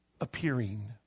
appearing